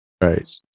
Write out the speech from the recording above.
Right